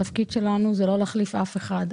התפקיד שלנו לא להחליף אף אחד,